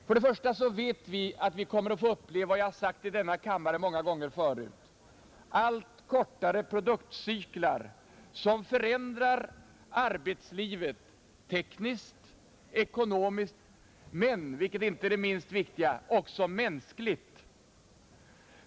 För det första vet vi att vi kommer att få uppleva — jag har sagt det i denna kammare många gånger förut — allt kortare produktcyklar som förändrar arbetslivet tekniskt, ekonomiskt och, vilket inte är det minst viktiga, även mänskligt.